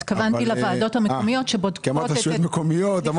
התכוונתי לוועדות המקומיות שבודקות את ההיתרים.